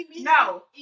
no